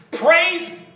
Praise